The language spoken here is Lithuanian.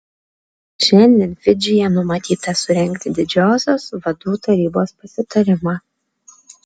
šiandien fidžyje numatyta surengti didžiosios vadų tarybos pasitarimą